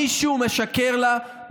מישהו משקר לה,